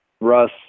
Russ